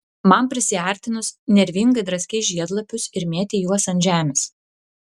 man prisiartinus nervingai draskei žiedlapius ir mėtei juos ant žemės